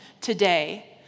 today